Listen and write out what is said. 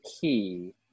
key